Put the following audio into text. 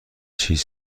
چیز